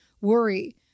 worry